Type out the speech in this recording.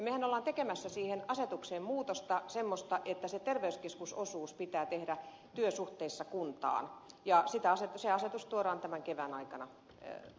mehän olemme tekemässä asetukseen semmoista muutosta että se terveyskeskusosuus pitää tehdä työsuhteessa kuntaan ja se asetus viedään tämän kevään aikana ei